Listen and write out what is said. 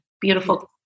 Beautiful